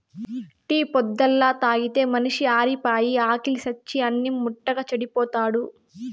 tea పొద్దల్లా తాగితే మనిషి ఆరిపాయి, ఆకిలి సచ్చి అన్నిం ముట్టక చెడిపోతాడు